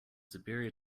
superior